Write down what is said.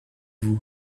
vous